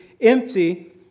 empty